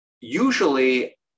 usually